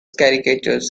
caricatures